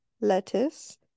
lettuce